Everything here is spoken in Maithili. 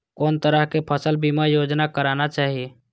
कोन तरह के फसल बीमा योजना कराना चाही?